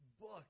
book